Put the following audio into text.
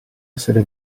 essere